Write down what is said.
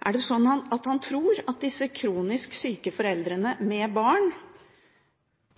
Er det sånn at han tror at disse kronisk syke foreldrene med barn